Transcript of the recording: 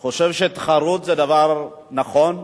אני חושב שתחרות זה דבר נכון.